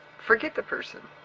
forget the person.